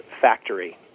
factory